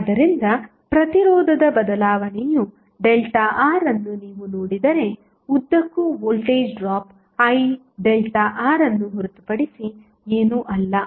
ಆದ್ದರಿಂದ ಪ್ರತಿರೋಧದ ಬದಲಾವಣೆಯು ΔRಅನ್ನು ನೀವು ನೋಡಿದರೆ ಉದ್ದಕ್ಕೂ ವೋಲ್ಟೇಜ್ ಡ್ರಾಪ್ IΔR ಅನ್ನು ಹೊರತುಪಡಿಸಿ ಏನೂ ಅಲ್ಲ